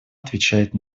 отвечает